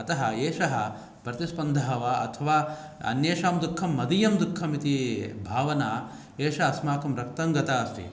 अतः एषः प्रतिस्पन्धः वा अथव अन्येषां दुःखं मदीयं दुःखम् इति भावना एषा अस्माकं रक्तङ्गता अस्ति